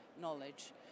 knowledge